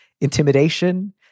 intimidation